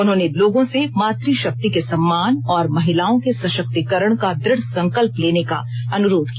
उन्होंने लोगों से मातृशक्ति के सम्मान और महिलाओं के सशक्तिकरण का दृढ संकल्प लेने का अनुरोध किया